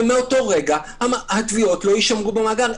ומאותו רגע הטביעות לא יישמרו במאגר.